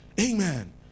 Amen